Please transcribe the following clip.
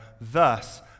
Thus